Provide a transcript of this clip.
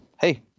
hey